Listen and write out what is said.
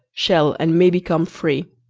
shall and may become free,